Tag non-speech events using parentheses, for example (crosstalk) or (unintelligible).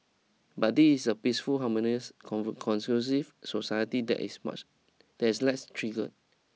but this is a peaceful harmonious (unintelligible) society there is much there is (unintelligible) less trigger